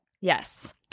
Yes